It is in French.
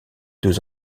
deux